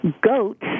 Goats